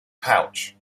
pouch